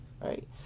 right